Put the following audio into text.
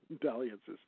dalliances